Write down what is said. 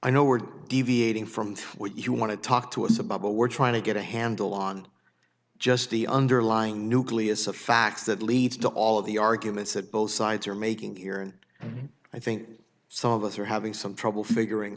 i know we're deviating from what you want to talk to us about what we're trying to get a handle on just the underlying nucleus of facts that leads to all of the arguments that both sides are making here and i think some of us are having some trouble figuring